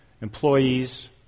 employees